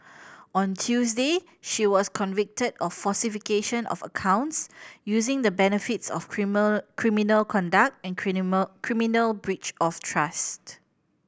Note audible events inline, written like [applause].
on Tuesday she was convicted of falsification of accounts using the benefits of [unintelligible] criminal conduct and [unintelligible] criminal breach of trust